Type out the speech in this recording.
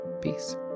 Peace